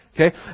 Okay